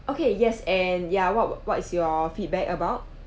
okay yes and ya what what is your feedback about